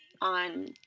on